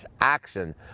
action